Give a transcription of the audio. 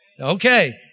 Okay